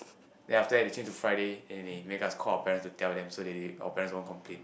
then after that they changed to Friday then they make us call our parents to tell them so they they our parents won't complain